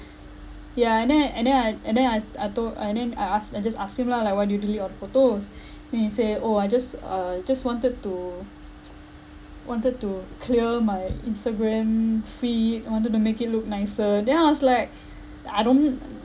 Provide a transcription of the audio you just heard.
ya and then and then I and then I I told and then I asked I just asked him lah like why do you delete all the photos then he say oh I just uh just wanted to wanted to clear my instagram feed wanted to make it look nicer then I was like I don't